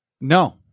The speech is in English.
No